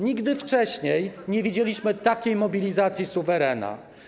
Nigdy wcześniej nie widzieliśmy takiej mobilizacji suwerena.